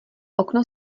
okno